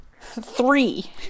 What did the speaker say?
Three